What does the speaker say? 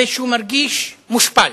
זה שהוא מרגיש מושפל,